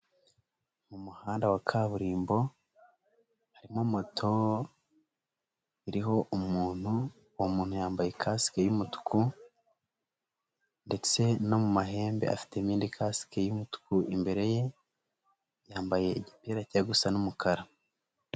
Mu muhanda wa kaburimbo harimo moto iriho umuntu, uwo muntu yambaye kasike y'umutuku ndetse no mu mahembe afitemo indi kasike y'umutuku imbere ye, yambaye igipira kijya gusa n'umukara.